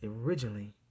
originally